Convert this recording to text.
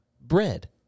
bread